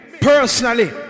personally